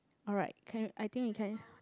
alright can I think we can